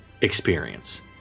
experience